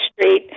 Street